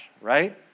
right